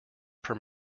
per